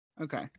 Okay